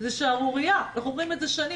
חברי הוועדה לא הגיעו עדיין,